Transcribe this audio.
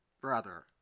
brother